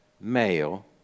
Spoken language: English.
male